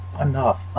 enough